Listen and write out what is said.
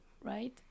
right